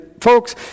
folks